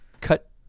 cut